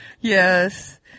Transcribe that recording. Yes